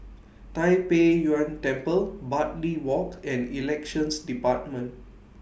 Tai Pei Yuen Temple Bartley Walk and Elections department